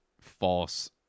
false